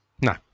No